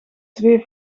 twee